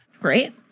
Great